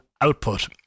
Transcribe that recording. output